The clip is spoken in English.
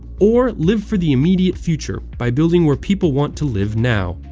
or live for the immediate future by building where people want to live now,